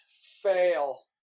Fail